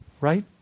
Right